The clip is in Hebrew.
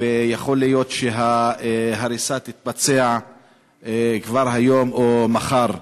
ויכול להיות שההריסה תתבצע כבר היום או מחר.